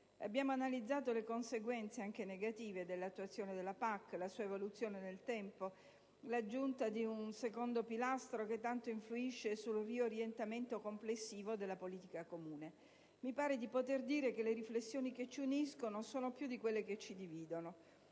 Abbiamo analizzato le conseguenze anche negative dell'attuazione della PAC, la sua evoluzione nel tempo, l'aggiunta di un secondo pilastro che tanto influisce sul riorientamento complessivo della politica comune. Mi pare che le riflessioni che ci uniscono siano più di quelle che ci dividono.